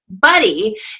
Buddy